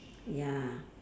ya